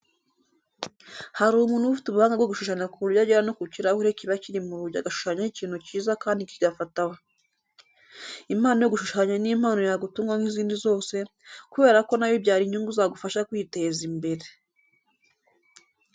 Hari umuntu uba ufite ubahanga bwo gushushanya ku buryo agera no ku kirahuri kiba kiri mu rugi agashushanyaho ikintu cyiza kandi kigafataho. Impano yo gushushanya ni impano yagutunga nk'izindi zose kubera ko na yo ibyara inyungu zagufasha kwiteza imbere.